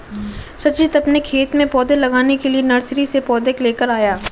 सचिन अपने खेत में पौधे लगाने के लिए नर्सरी से पौधे लेकर आया